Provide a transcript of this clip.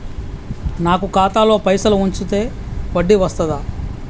నాకు ఖాతాలో పైసలు ఉంచితే వడ్డీ వస్తదా?